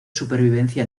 supervivencia